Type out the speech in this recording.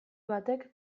batek